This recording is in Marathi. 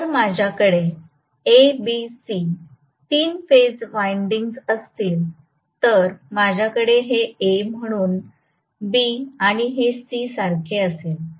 जर माझ्याकडे A B C तीन फेज विंडिंग्ज असतील तर माझ्याकडे हे A म्हणून B आणि हे C सारखे असेल